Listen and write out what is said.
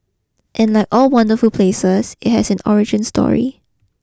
and like all wonderful places it has an origin story